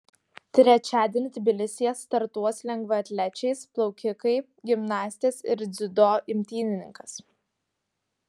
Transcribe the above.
trečiadienį tbilisyje startuos lengvaatlečiais plaukikai gimnastės ir dziudo imtynininkas